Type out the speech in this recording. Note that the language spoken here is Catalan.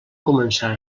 començar